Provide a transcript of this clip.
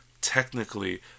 technically